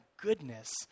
goodness